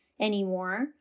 anymore